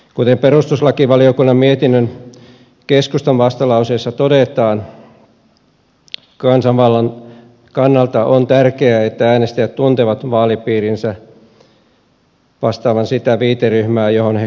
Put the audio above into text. kuten perustuslakivaliokunnan mietinnön keskustan vastalauseessa todetaan kansanvallan kannalta on tärkeää että äänestäjät tuntevat vaalipiirinsä vastaavan sitä viiteryhmää johon he kuuluvat